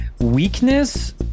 Weakness